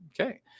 Okay